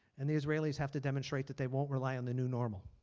and the israelis have to demonstrate that they won't rely on the new normal.